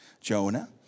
Jonah